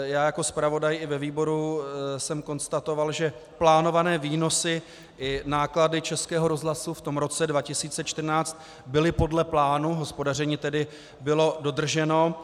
Jako zpravodaj i ve výboru jsem konstatoval, že plánované výnosy i náklady Českého rozhlasu v roce 2014 byly podle plánu, hospodaření tedy bylo dodrženo.